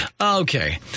Okay